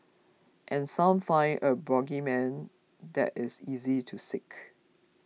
and some find a bogeyman that is easy to seek